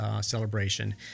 celebration